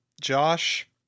Josh